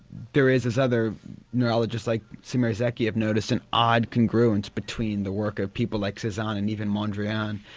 there is this other neurologist like semir zeki have noticed an odd congruence between the work of people like cezanne and even mondrian,